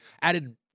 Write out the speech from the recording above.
added